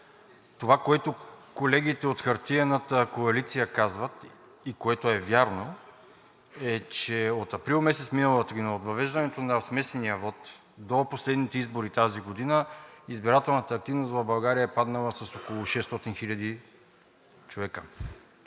това, което колегите от хартиената коалиция казват и което е вярно, е, че от април месец миналата година, от въвеждането на смесения вот до последните избори тази година, избирателната активност в България е паднала с около 600 хиляди човека.